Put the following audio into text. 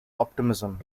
optimism